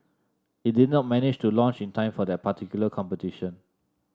it did not manage to launch in time for that particular competition